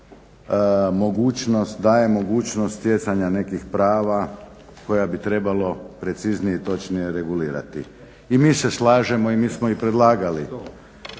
daje mogućnost stjecanja nekih prava koja bi trebalo preciznije i točnije regulirati. I mi se slažemo i mi smo i predlagali